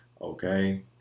okay